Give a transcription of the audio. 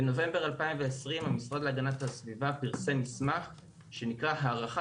בנובמבר 2020 המשרד להגנת הסביבה פרסם מסמך שנקרא הערכה